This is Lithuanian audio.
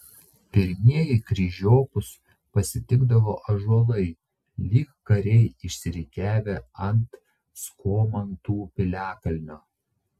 pirmieji kryžiokus pasitikdavo ąžuolai lyg kariai išsirikiavę ant skomantų piliakalnio